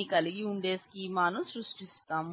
ని కలిగి ఉండే స్కీమాను సృష్టిస్తాం